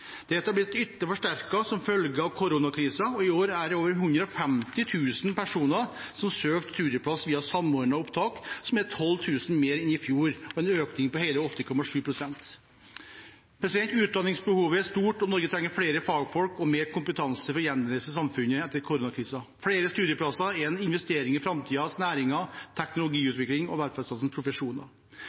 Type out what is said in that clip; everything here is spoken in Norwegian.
Dette har blitt ytterligere forsterket som følge av koronakrisen, og i år har over l50 000 personer søkt studieplass via Samordna opptak, som er 12 000 flere enn i fjor, og en økning på hele 8,7 pst. Utdanningsbehovet er stort, og Norge trenger flere fagfolk og mer kompetanse for å gjenreise samfunnet etter koronakrisen. Flere studieplasser er en investering i framtidens næringer, teknologiutvikling og velferdsstatens profesjoner.